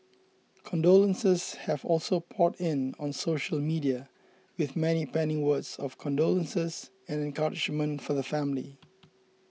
condolences have also poured in on social media with many penning words of condolences and encouragement for the family